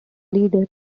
leader